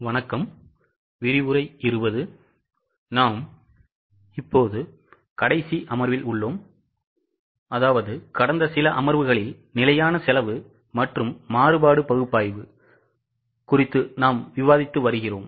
வணக்கம் கடந்த சில அமர்வுகளில் நிலையான செலவு குறித்து நாம் விவாதித்து வருகிறோம்